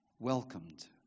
welcomed